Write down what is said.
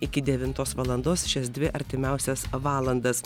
iki devintos valandos šias dvi artimiausias valandas